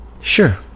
Sure